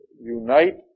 unite